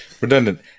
Redundant